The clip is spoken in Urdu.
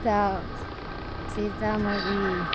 ستا سیتا مڑھی